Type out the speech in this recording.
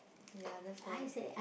ya that's why